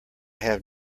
have